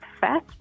fat